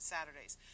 Saturdays